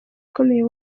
ukomeye